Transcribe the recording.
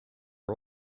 are